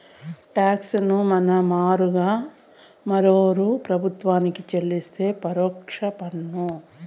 talks ను మన మారుగా మరోరూ ప్రభుత్వానికి చెల్లిస్తే పరోక్ష పన్ను